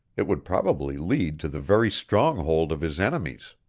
it would probably lead to the very stronghold of his enemies.